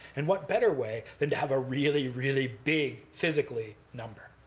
and what better way than to have a really, really big, physically, number?